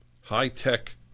high-tech